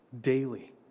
daily